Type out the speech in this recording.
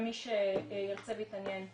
מי שירצה להתעניין מוזמן.